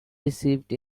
received